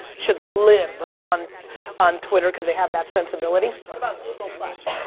should live on on twitter cause they have that sensibility. what about google plus?